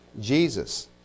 Jesus